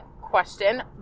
question